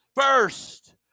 First